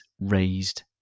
raised